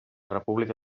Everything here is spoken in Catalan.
república